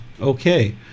Okay